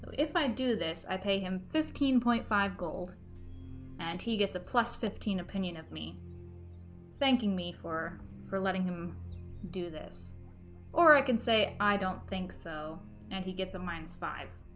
if i do this i pay him fifteen point five gold and he gets a plus fifteen opinion of me thanking me for for letting him do this or i can say i don't think so and he gets a minus five